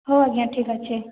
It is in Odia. ହଉ ଆଜ୍ଞା ଠିକ୍ ଅଛେ